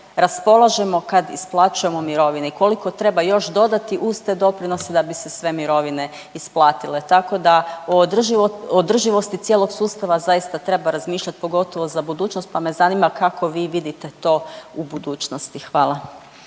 raspolažemo kad isplaćujemo mirovine i koliko treba još dodati uz te doprinose da bi se sve mirovine isplatile, tako da o održivosti cijelog sustava zaista treba razmišljati pogotovo za budućnost, pa me zanima kako vi vidite to u budućnosti. Hvala.